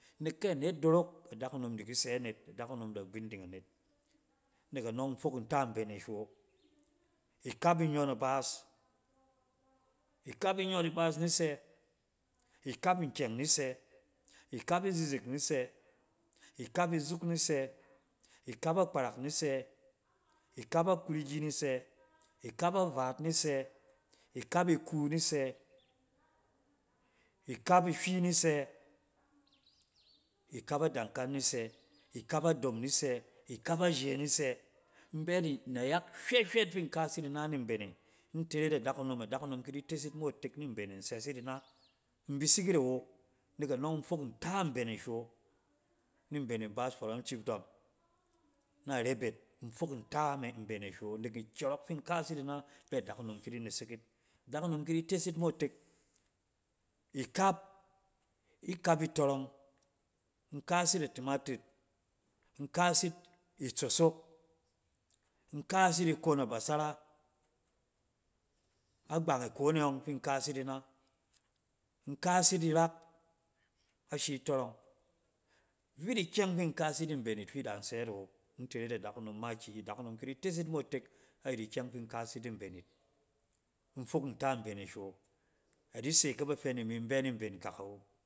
Nek kɛ anet dorok, adakunom di ki sɛ net, adakunom da gbinding anet. Nek amng in fok nta mbene hywe wo. Ikap inyon ibass, ikap inyon ibaas ni sɛ, ikap nkyɛng ni sɛ, ikap izizek nisɛ, ikap izuk ni sɛ, ikap akparak nisɛ, ikap akurigi nisɛ, ikap a vaat nisɛ ikap iku nisɛ, ikap ihwi nisɛ, ikap adankal nisɛ ikap adom nisɛ, ikap aje nisɛ. In bɛti nayak hywɛ-hywɛt fin kaas yit ina ni mben e in teret adakunom adakunom ki di tes yit mo itek ni mben e sɛs yit ing in bisik it awo nek anɔng in fok nta mben e hywɛ wo ni mben ibaas foron chiefdom na rebet in fok nta me mben e hywɛ wo nek nkyɔrok fin kaas yit ina, fɛ adakunom ki di nesek yit. Adakunom ki di tes yit mo itek. Ikap, ikap itɔrɔng in kaas yit a tematur, in kaas yit itsosok, in kaas yit ikon abasara. Agbang ikone ɔng fin kaas yit ina, in kaas yit irak ashi tɔrɔng. vit ikyɛng fin kaas yit ni mben yit fi de in sɛt awo. in teret adakunom makiyi, adakunom kidi tes yi mo itek ayit ikyɛng fi in kaas yit ni mben yit. in fok nta mben e hywɛ wo. Adise kɛ ba fɛ ni mi in bɛ ni mben nkɛk awo.